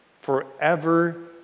forever